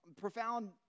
Profound